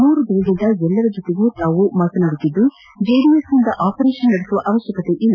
ಮೂರು ದಿನಗಳಿಂದ ಎಲ್ಲರ ಜೊತೆಗೂ ತಾವು ಮಾತನಾಡುತ್ತಿದ್ದು ಜೆಡಿಎಸ್ನಿಂದ ಆಪರೇಷನ್ ನಡೆಸುವ ಅವಶ್ಯಕತೆ ಇಲ್ಲ